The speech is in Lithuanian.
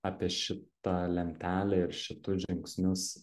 apie šitą lentelę ir šitus žingsnius